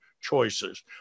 choices